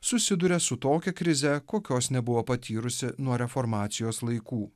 susiduria su tokia krize kokios nebuvo patyrusi nuo reformacijos laikų